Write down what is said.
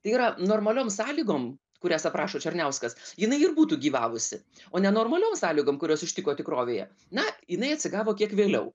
tai yra normaliom sąlygom kurias aprašo černiauskas jinai ir būtų gyvavusi o ne normaliom sąlygom kurios ištiko tikrovėje na jinai atsigavo kiek vėliau